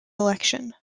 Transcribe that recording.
election